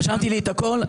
רשמתי את הכול.